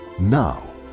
now